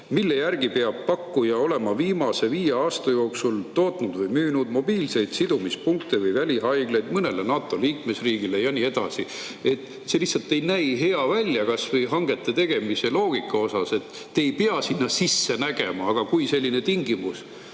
nende järgi peab pakkuja olema viimase viie aasta jooksul tootnud või müünud mobiilseid sidumispunkte või välihaiglaid mõnele NATO liikmesriigile ja nii edasi. See lihtsalt ei näe hea välja, kas või hangete tegemise loogika poolest. Te ei pea sinna sisse nägema, aga kui selline tingimus